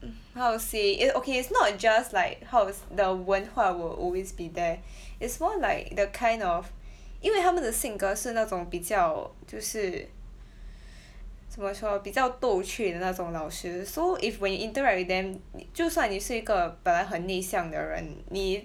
um how to say eh okay it's not just like how s~ the 文化 will always be there is more like the kind of 因为他们的性格是那种比较就是 怎么说比较逗趣的那种老师 so if when you interact with them 就算你是一个本来很内向的人你